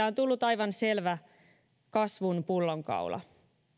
on tullut aivan selvä kasvun pullonkaula